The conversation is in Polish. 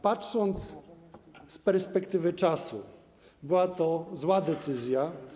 Patrząc na to z perspektywy czasu, była to zła decyzja.